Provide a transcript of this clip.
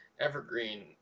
evergreen